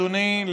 אדוני,